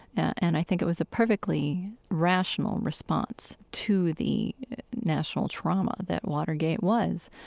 and i think it was a perfectly rational response to the national trauma that watergate was.